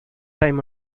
time